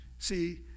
See